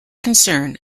concern